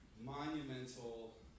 monumental